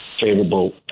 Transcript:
favorable